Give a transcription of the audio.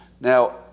Now